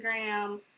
Instagram